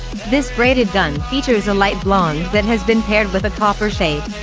this braided bun features a light blonde that has been paired with a copper shade.